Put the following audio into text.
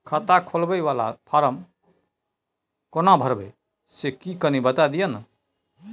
खाता खोलैबय वाला फारम केना भरबै से कनी बात दिय न?